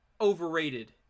overrated